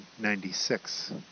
1996